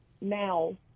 now